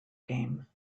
game